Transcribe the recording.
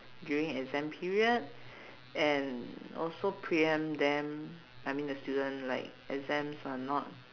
during exam period and also pre-empt them I mean the student like exams are not